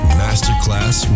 masterclass